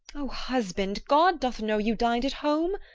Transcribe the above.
o husband, god doth know you din'd at home,